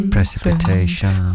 Precipitation